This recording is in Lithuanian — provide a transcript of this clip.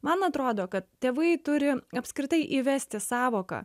man atrodo kad tėvai turi apskritai įvesti sąvoką